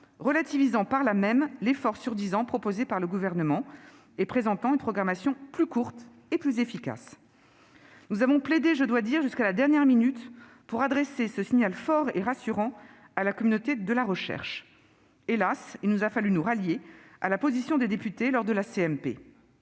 relativisant par là même l'effort sur dix ans proposé par le Gouvernement, en présentant une programmation plus courte et plus efficace. Jusqu'à la dernière minute- je dois bien le dire -, nous avons plaidé pour adresser ce signal fort et rassurant à la communauté de la recherche. Hélas, il nous a fallu nous rallier à la position des députés lors de la